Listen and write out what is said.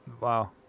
Wow